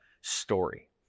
story